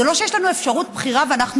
זה לא שיש לנו אפשרות בחירה ואנחנו